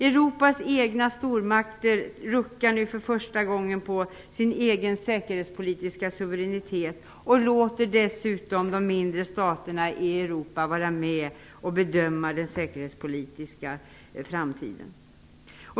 Europas egna stormakter ruckar nu för första gången på sin egen säkerhetspolitiska suveränitet, och man låter dessutom de mindre staterna i Europa vara med och bedöma den säkerhetspolitiska framtiden.